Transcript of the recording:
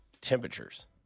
temperatures